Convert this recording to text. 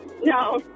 No